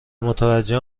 متوجه